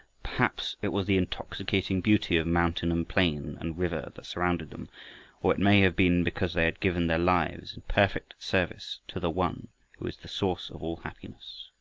perhaps it was the intoxicating beauty of mountain and plain and river that surrounded them or it may have been because they had given their lives in perfect service to the one who is the source of all happiness,